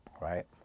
Right